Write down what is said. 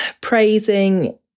praising